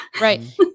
Right